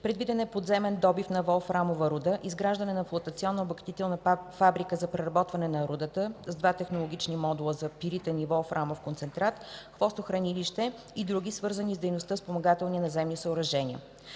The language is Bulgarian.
Предвиден е подземен добив на волфрамова руда, изграждане на флотационна обогатителна фабрика за преработване на рудата с два технологични модула – за пиритен и волфрамов концентрат, хвостохранилище и други, свързани с дейността спомагателни наземни съоръжения.